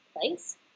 place